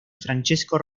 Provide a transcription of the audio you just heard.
francesco